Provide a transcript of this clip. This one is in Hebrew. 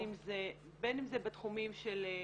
בין אם זה בתחומים של,